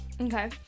Okay